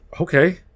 Okay